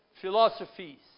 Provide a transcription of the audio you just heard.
philosophies